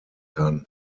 kann